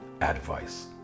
advice